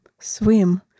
swim